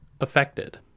affected